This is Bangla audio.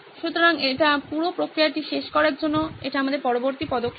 সুতরাং এই পুরো প্রক্রিয়াটি শেষ করার জন্য এটি আমাদের পরবর্তী পদক্ষেপ হবে